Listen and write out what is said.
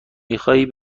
میخواهی